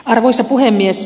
arvoisa puhemies